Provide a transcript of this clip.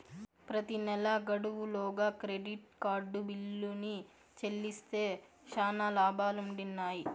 ప్రెతి నెలా గడువు లోగా క్రెడిట్ కార్డు బిల్లుని చెల్లిస్తే శానా లాబాలుండిన్నాయి